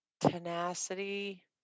tenacity